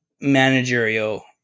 managerial